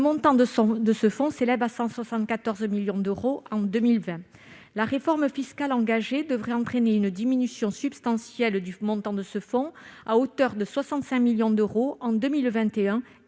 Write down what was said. Le montant de ce fonds s'élève à 174 millions d'euros en 2020. La réforme fiscale engagée devrait entraîner une diminution substantielle du montant de ce fonds, de l'ordre de 65 millions d'euros, en 2021